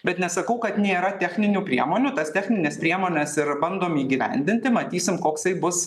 bet nesakau kad nėra techninių priemonių tas technines priemones ir bandom įgyvendinti matysim koksai bus